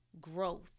growth